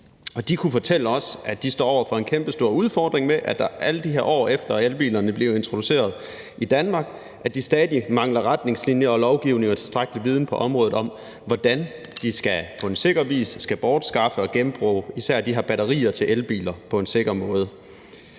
De kunne fortælle os, at de står over for en kæmpestor udfordring med, at de stadig efter alle de år, efter at elbilerne blev introduceret i Danmark, mangler retningslinjer og lovgivning og tilstrækkelig viden på området om, hvordan de på en sikker måde skal bortskaffe og genbruge især batterierne til elbiler. Det har de